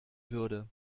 würde